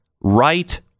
right